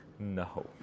no